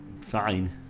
Fine